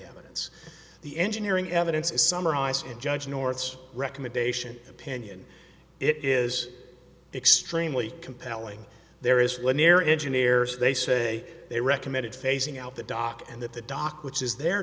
evidence the engineering evidence is summarized in judge north's recommendation opinion it is extremely compelling there is when their engineers they say they recommended phasing out the dock and that the dock which is there